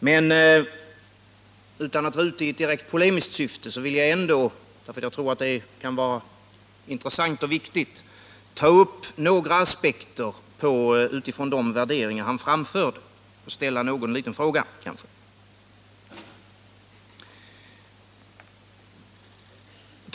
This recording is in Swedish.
Men utan att vara ute i ett polemiskt syfte vill jag ändå — för jag tror det kan vara intressant och viktigt — ta upp några aspekter utifrån de värderingar Thage Peterson framförde och ställa några frågor.